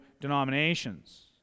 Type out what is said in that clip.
denominations